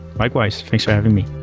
likewise. thanks for having me.